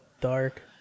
dark